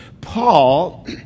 Paul